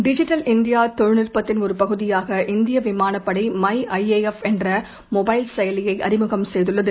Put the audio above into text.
digital India தொழில்நுட்பத்திள் ஒரு பகுதியாக இந்திய விமானப் படை மை ஐ ஏ எஃப் என்ற மொபைல் செயலியை அறிமுகம் செய்துள்ளது